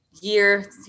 year